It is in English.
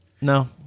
no